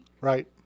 Right